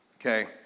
Okay